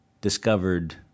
discovered